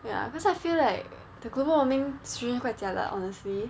ya because I feel like the global warming situation quite jialat honestly